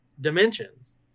dimensions